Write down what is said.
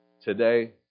Today